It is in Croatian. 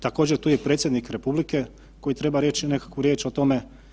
Također, tu je i predsjednik republike koji treba reći nekakvu riječ o tome.